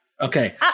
Okay